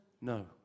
No